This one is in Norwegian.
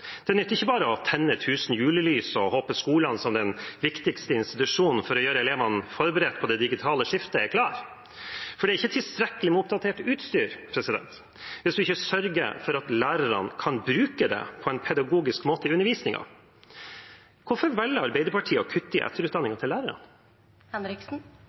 Det nytter ikke bare å tenne «tusen julelys» og håpe at skolen – som den viktigste institusjonen for å gjøre elevene forberedt på det digitale skiftet – er klar, for det er ikke tilstrekkelig med oppdatert utstyr hvis en ikke sørger for at lærerne kan bruke det på en pedagogisk måte i undervisningen. Hvorfor velger Arbeiderpartiet å kutte i